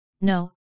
No